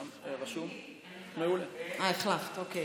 אה, החלפת, אוקיי,